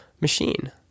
machine